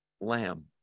lamb